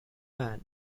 man